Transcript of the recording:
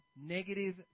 negative